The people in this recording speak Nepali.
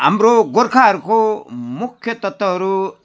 हाम्रो गोर्खाहरूको मुख्य तत्त्वहरू